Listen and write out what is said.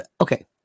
okay